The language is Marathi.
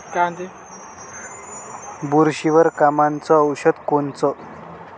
बुरशीवर कामाचं औषध कोनचं?